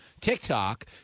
TikTok